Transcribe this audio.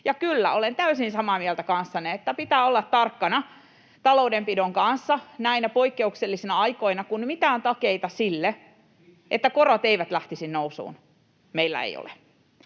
Ja kyllä, olen täysin samaa mieltä kanssanne, että pitää olla tarkkana taloudenpidon kanssa näinä poikkeuksellisina aikoina, kun mitään takeita sille, että korot eivät lähtisi nousuun, meillä ei ole.